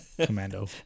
Commando